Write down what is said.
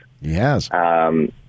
Yes